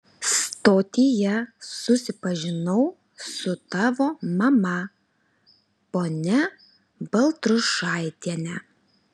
stotyje susipažinau su tavo mama ponia baltrušaitiene